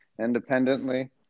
independently